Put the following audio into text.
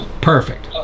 Perfect